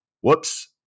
Whoops